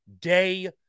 day